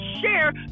share